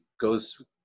goes